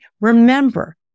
remember